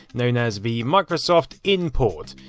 known as the microsoft inport.